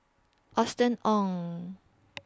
Austen Ong